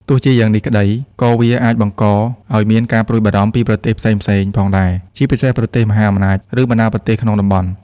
ទោះជាយ៉ាងនេះក្តី ក៏វាអាចបង្កឱ្យមានការព្រួយបារម្ភពីប្រទេសផ្សេងៗផងដែរ ជាពិសេសប្រទេសមហាអំណាច ឬបណ្តាប្រទេសក្នុងតំបន់។